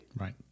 Right